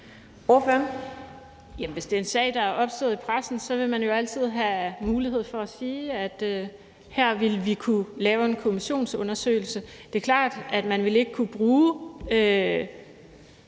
hvis det er en sag, der er opstået i pressen, vil man jo altid have mulighed for at sige, at her ville vi kunne lave en kommissionsundersøgelse. Det er klart, at man ikke ville kunne bruge